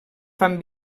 fan